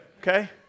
Okay